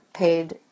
paid